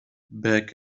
back